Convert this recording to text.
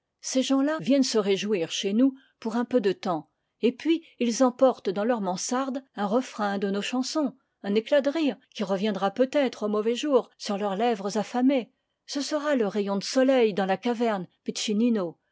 ces gens-là viennent se réjouir chez nous pour un peu de temps et puis ils emportent dans leurs mansardes un refrain de nos chansons un éclat de rire qui reviendra peut-être aux mauvais jours sur leurs lèvres affamées ce sera le rayon de soleil dans la caverne